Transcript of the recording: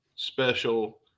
Special